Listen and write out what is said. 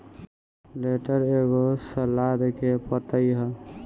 lettuce एगो सलाद के पतइ ह